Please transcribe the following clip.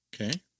Okay